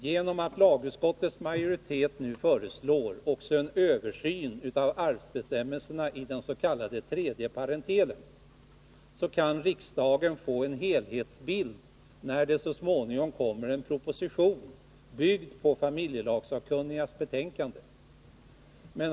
Genom att lagutskottets majoritet nu föreslår också en översyn av arvsbestämmelserna i den s.k. tredje parentelen kan riksdagen få en helhetsbild, när det så småningom kommer en proposition, byggd på familjelagssakkunnigas betänkande.